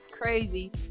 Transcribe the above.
crazy